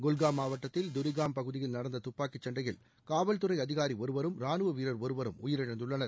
குல்காம் மாவட்டத்தில் தரிகாம் பகுதியில் நடந்த தப்பாக்கிச் சண்டையில் காவல்துறை அதிகாரி ஒருவரும் ராணுவ வீரர் ஒருவரும் உயிரிழந்துள்ளனர்